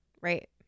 right